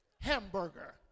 hamburger